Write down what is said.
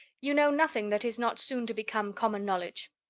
you know nothing that is not soon to become common knowledge.